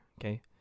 Okay